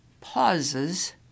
pauses